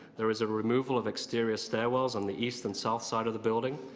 there is a removal of exterior stairwells on the east and south side of the building.